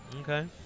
Okay